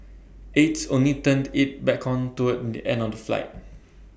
aides only turned IT back on toward the end of the flight